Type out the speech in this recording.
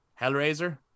Hellraiser